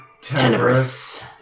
tenebrous